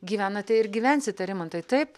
gyvenate ir gyvensite rimantai taip